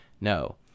No